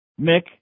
mick